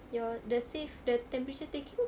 your the safe the temperature taking